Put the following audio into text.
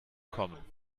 kommen